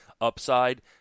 upside